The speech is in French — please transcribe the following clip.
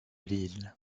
lille